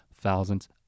thousands